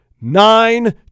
Nine